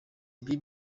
ibi